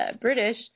British